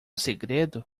segredo